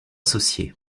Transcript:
associée